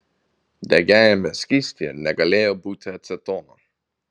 degiajame skystyje negalėjo būti acetono